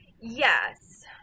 Yes